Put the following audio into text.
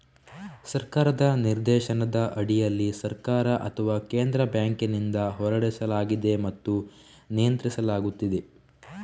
ಸರ್ಕಾರದ ನಿರ್ದೇಶನದ ಅಡಿಯಲ್ಲಿ ಸರ್ಕಾರ ಅಥವಾ ಕೇಂದ್ರ ಬ್ಯಾಂಕಿನಿಂದ ಹೊರಡಿಸಲಾಗಿದೆ ಮತ್ತು ನಿಯಂತ್ರಿಸಲಾಗುತ್ತದೆ